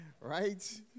Right